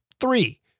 Three